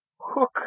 hook